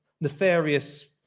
nefarious